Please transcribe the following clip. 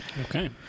Okay